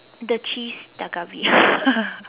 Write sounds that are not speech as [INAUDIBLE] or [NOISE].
the cheese ddalk-galbi [BREATH] [LAUGHS]